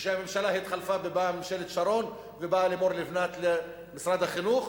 וכשהממשלה התחלפה ובאה ממשלת שרון ובאה לימור לבנת למשרד החינוך,